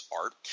art